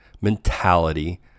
mentality